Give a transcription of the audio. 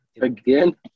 Again –